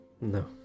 No